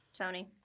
Sony